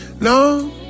No